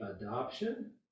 adoption